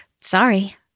Sorry